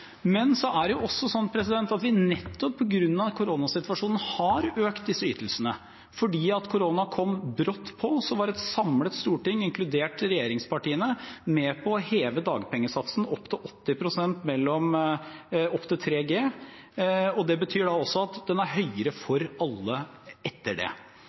det er også sånn at vi nettopp på grunn av koronasituasjonen har økt disse ytelsene. Fordi korona kom brått på, var et samlet storting, inkludert regjeringspartiene, med på å heve dagpengesatsen til 80 pst. opp til 3G, og det betyr også at den er høyere for alle etter det.